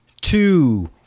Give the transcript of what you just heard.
two